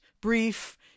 brief